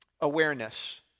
awareness